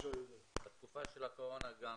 בתקופה של הקורונה גם